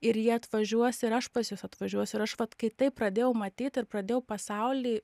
ir jie atvažiuos ir aš pas juos atvažiuosiu ir aš vat kai taip pradėjau matyt ir pradėjau pasaulį